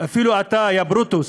אפילו אתה, יא ברוטוס?